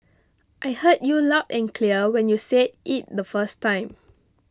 I heard you loud and clear when you said it the first time